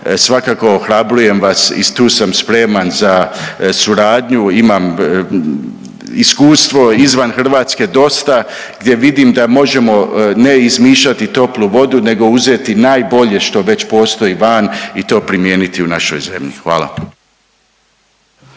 svakako ohrabrujem vas i tu sam spreman za suradnju, imam iskustvo izvan Hrvatske dosta gdje vidim da možemo ne izmišljati toplu vodu nego uzeti najbolje što već postoji van i to primijeniti u našoj zemlji, hvala.